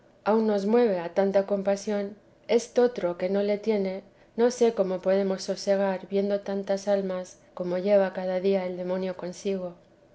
aun nos mueve a tanta compasión estotro que no le tiene no sé cómo podemos sosegar viendo tantas almas como lleva cada día el demonio consigo